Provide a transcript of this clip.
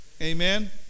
amen